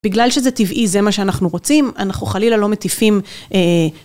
בגלל שזה טבעי זה מה שאנחנו רוצים, אנחנו חלילה לא מטיפים...